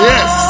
Yes